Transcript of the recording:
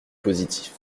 positif